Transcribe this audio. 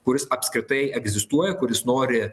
kuris apskritai egzistuoja kuris nori